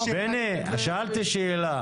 בני, שאלתי שאלה.